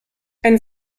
ein